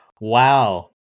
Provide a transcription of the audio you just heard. Wow